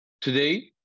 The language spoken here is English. Today